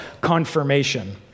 confirmation